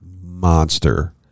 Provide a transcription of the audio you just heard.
monster